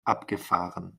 abgefahren